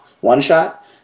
one-shot